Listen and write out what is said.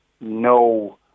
no